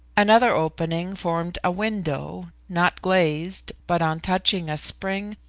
another opening formed a window, not glazed, but on touching a spring,